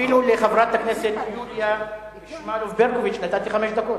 אפילו לחברת הכנסת יוליה שמאלוב-ברקוביץ נתתי חמש דקות.